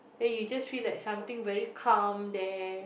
eh you just feel like something very calm there